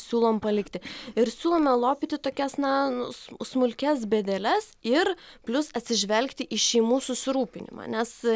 siūlom palikti ir siūlome lopyti tokias na smulkias bėdeles ir plius atsižvelgti į šeimų susirūpinimą nes